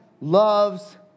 loves